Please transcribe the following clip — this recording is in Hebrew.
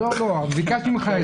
לפני כן ביקשתי ממך.